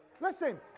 Listen